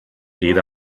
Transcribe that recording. rede